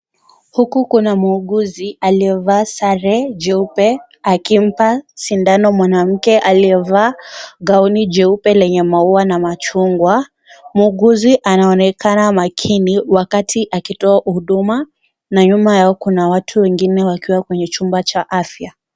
Huku kuna muuguzi aliyevaa sare jeupe akimpa sindano mwanamke aliyevaa gauni jeupe lenye maua na machungwa . Muuguzi anaonekana maakini wakati akitoa huduma na nyuma yao kuna watu wengine wakiwa kwenye chumba cha afya.